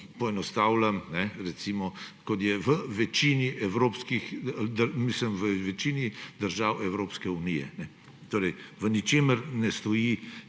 poenostavljam, v večini držav Evropske unije. V ničemer ne stoji